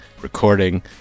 recording